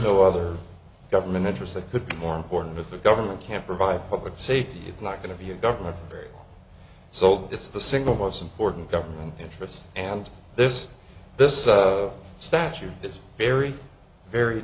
no other government interest that could be more important if the government can provide public safety it's not going to be a government so it's the single most important government interest and this this statute is very very